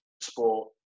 sport